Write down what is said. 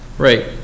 Right